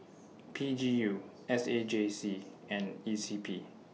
P G U S A J C and E C P